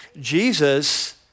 Jesus